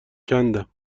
کندم